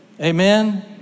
Amen